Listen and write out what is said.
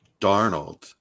Darnold